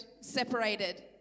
separated